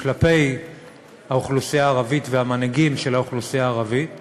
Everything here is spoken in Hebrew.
כלפי האוכלוסייה הערבית והמנהיגים של האוכלוסייה הערבית,